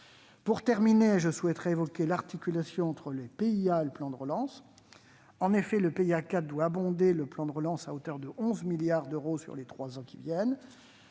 Pour terminer, je souhaiterais évoquer l'articulation entre les PIA et le plan de relance. En effet, le PIA 4 doit abonder le plan de relance à hauteur de 11 milliards d'euros sur les trois ans à venir.